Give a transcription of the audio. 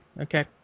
Okay